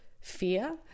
fear